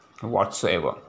whatsoever